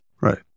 Right